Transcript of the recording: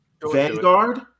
Vanguard